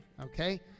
Okay